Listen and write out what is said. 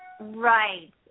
Right